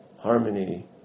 harmony